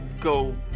go